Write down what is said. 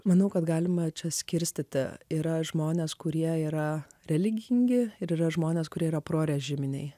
manau kad galima čia skirstyta yra žmonės kurie yra religingi ir yra žmonės kurie yra pro režiminiai